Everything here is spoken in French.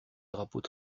drapeaux